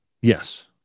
Yes